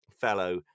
fellow